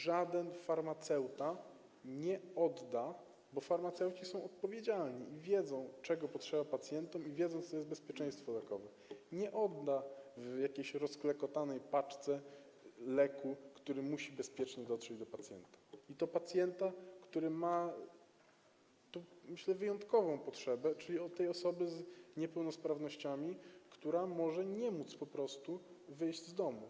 Żaden farmaceuta nie odda, bo farmaceuci są odpowiedzialni i wiedzą, czego potrzeba pacjentom, i wiedzą, co to jest bezpieczeństwo lekowe, w jakiejś rozklekotanej paczce leku, który musi bezpiecznie dotrzeć do pacjenta, i to pacjenta, który ma, myślę, wyjątkową potrzebę, czyli osoby z niepełnosprawnościami, która po prostu nie może wyjść z domu.